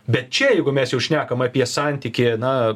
bet čia jeigu mes jau šnekam apie santykį na